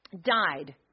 died